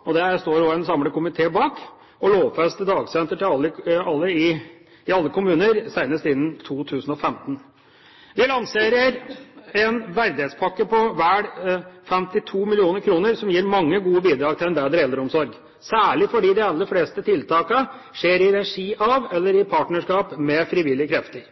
– og det står en samlet komité bak – å lovfeste dagsentertilbud i alle kommuner senest innen 2015. Vi lanserer en verdighetspakke på vel 52 mill. kr som gir mange gode bidrag til en bedre eldreomsorg – særlig fordi de aller fleste tiltakene skjer i regi av, eller i partnerskap med, frivillige krefter.